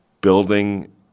building